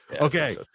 Okay